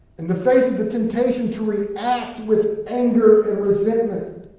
in the face of the temptation to react with anger and resentment,